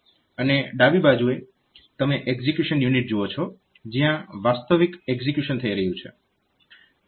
અને ડાબી બાજુએ તમે એક્ઝીક્યુશન યુનિટ જુઓ છો જ્યાં વાસ્તવિક એક્ઝીક્યુશન થઈ રહ્યું છે